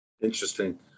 Interesting